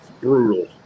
brutal